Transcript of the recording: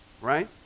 Right